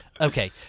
Okay